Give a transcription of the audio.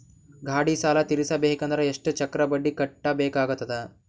ಗಾಡಿ ಸಾಲ ತಿರಸಬೇಕಂದರ ಎಷ್ಟ ಚಕ್ರ ಬಡ್ಡಿ ಕಟ್ಟಬೇಕಾಗತದ?